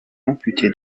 amputé